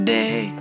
day